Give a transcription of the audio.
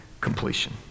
completion